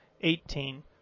eighteen